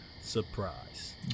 surprise